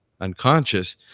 unconscious